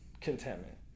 contentment